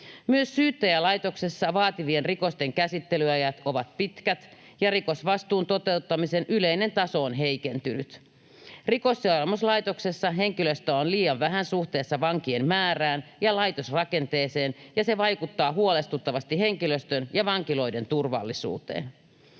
Myös Syyttäjälaitoksessa vaativien rikosten käsittelyajat ovat pitkät ja rikosvastuun toteuttamisen yleinen taso on heikentynyt. Rikosseuraamuslaitoksessa henkilöstöä on liian vähän suhteessa vankien määrään ja laitosrakenteeseen, ja se vaikuttaa huolestuttavasti henkilöstön ja vankiloiden turvallisuuteen.